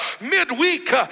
midweek